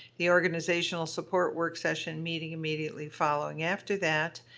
the organizational support work session meeting immediately following after that.